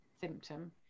symptom